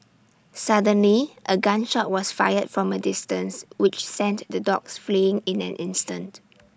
suddenly A gun shot was fired from A distance which sent the dogs fleeing in an instant